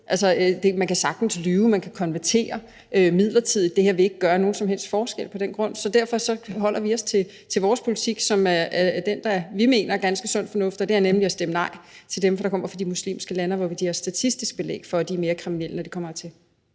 taqiya. Man kan sagtens lyve, man kan konvertere midlertidigt. Det her vil ikke gøre nogen som helst forskel på den grund, så derfor holder vi os til vores politik, som er den, vi mener er ganske sund fornuft, og det er at stemme nej til dem, der kommer fra de muslimske lande, hvor vi har statistisk belæg for, at de er mere kriminelle, når de kommer hertil.